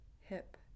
hip